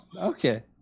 Okay